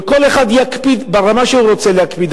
וכל אחד יקפיד ברמה שהוא רוצה להקפיד,